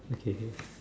okay okay